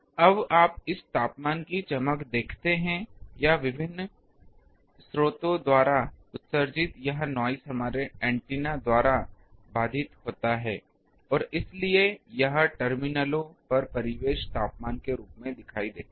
अब आप इस तापमान की चमक देखते हैं या विभिन्न स्रोतों द्वारा उत्सर्जित यह नॉइस हमारे एंटीना द्वारा बाधित होता है और इसलिए यह टर्मिनलों पर परिवेश तापमान के रूप में दिखाई देता है